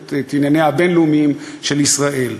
את ענייניה הבין-לאומיים של ישראל.